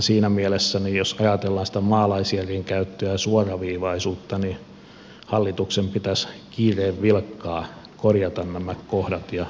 siinä mielessä jos ajatellaan sitä maalaisjärjen käyttöä ja suoraviivaisuutta hallituksen pitäisi kiireen vilkkaa korjata nämä kohdat ja tehdä tästä pakollinen